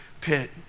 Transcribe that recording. pit